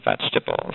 vegetables